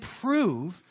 prove